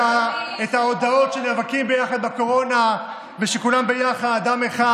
ההודעות שנאבקים ביחד בקורונה ושכולם ביחד עם אחד.